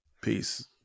Peace